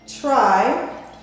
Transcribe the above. try